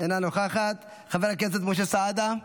אינה נוכחת, חבר הכנסת משה סעדה,